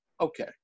okay